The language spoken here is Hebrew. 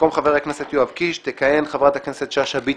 במקום חבר הכנסת יואב קיש תכהן חברת הכנסת יפעת שאשא-ביטון.